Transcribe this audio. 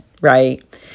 right